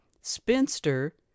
Spinster